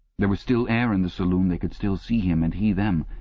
there was still air in the saloon, they could still see him and he them,